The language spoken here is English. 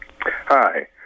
hi